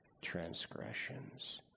transgressions